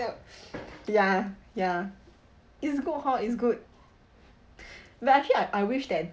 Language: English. ya ya it's good hor it's good but actually I I wish that